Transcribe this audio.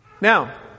Now